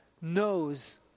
knows